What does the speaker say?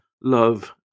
love